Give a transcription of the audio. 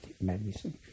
medicine